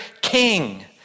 king